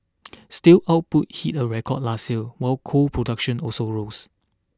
steel output hit a record last year while coal production also rose